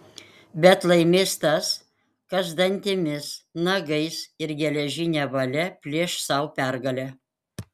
bet laimės tas kas dantimis nagais ir geležine valia plėš sau pergalę